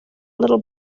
little